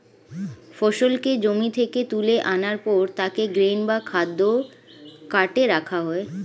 ফসলকে জমি থেকে তুলে আনার পর তাকে গ্রেন বা খাদ্য কার্টে রাখা হয়